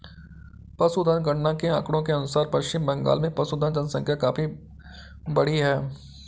पशुधन गणना के आंकड़ों के अनुसार पश्चिम बंगाल में पशुधन जनसंख्या काफी बढ़ी है